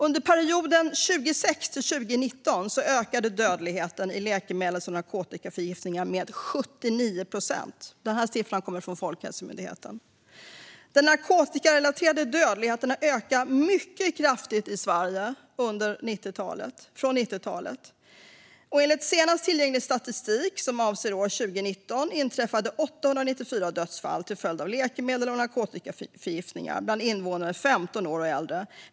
Under perioden 2006-2019 ökade dödligheten i läkemedels och narkotikaförgiftningar med 79 procent - siffran kommer från Folkhälsomyndigheten. Den narkotikarelaterade dödligheten har ökat mycket kraftigt i Sverige sedan 90-talet. Enligt senast tillgänglig statistik, som avser år 2019, inträffade 894 dödsfall till följd av läkemedels och narkotikaförgiftningar bland invånare 15 år och äldre.